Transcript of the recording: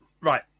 right